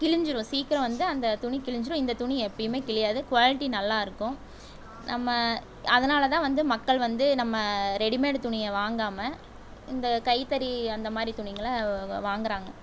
கிழிஞ்சிரும் சீக்கிரம் வந்து அந்த துணி கிழிஞ்சிரும் இந்த துணி எப்பவுமே கிழியாது குவாலிட்டி நல்லாயிருக்கும் நம்ம அதனால் தான் வந்து மக்கள் வந்து நம்ம ரெடிமேட் துணியை வாங்காமல் இந்த கைத்தறி அந்த மாதிரி துணிங்களை வாங்கிறாங்க